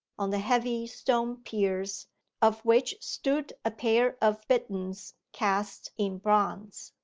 on the heavy stone piers of which stood a pair of bitterns cast in bronze.